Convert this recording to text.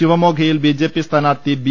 ശിവമോഗ്ഗയിൽ BJP സ്ഥാനാർത്ഥി B